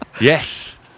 Yes